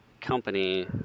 company